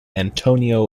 antonio